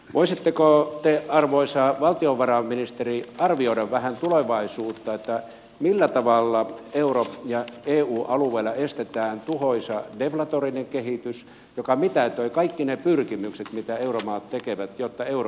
voisitteko te arvoisa valtiovarainministeri arvioida vähän tulevaisuutta millä tavalla euro ja eu alueella estetään tuhoisa deflatorinen kehitys joka mitätöi kaikki ne pyrkimykset mitä euromaat tekevät jotta euro pelastuisi